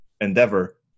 endeavor